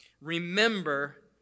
Remember